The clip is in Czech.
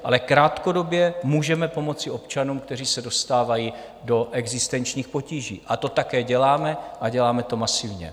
Ale krátkodobě můžeme pomoci občanům, kteří se dostávají do existenčních potíží, to také děláme a děláme to masivně.